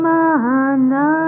Mahana